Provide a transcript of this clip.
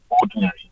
ordinary